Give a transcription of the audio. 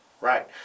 Right